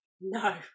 no